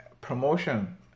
Promotion